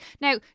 Now